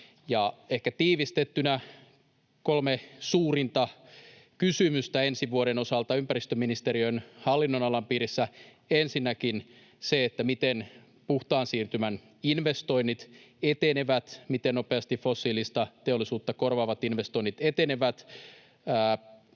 Ehkä tiivistettynä kolme suurinta kysymystä ensi vuoden osalta ympäristöministeriön hallinnonalan piirissä: Ensinnäkin se, miten puhtaan siirtymän investoinnit etenevät, miten nopeasti fossiilista teollisuutta korvaavat investoinnit etenevät